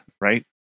Right